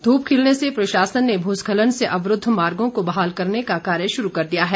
धूप खिलने से प्रशासन ने भूस्खलन से अवरूद्व मार्गो को बहाल करने का कार्य शुरू कर दिया है